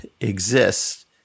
exists